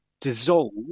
dissolve